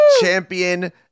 champion